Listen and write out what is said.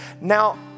Now